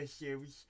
issues